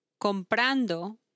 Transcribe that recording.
comprando